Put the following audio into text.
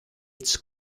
its